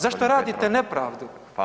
Zašto radite nepravdu?